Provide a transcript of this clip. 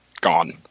gone